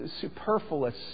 superfluous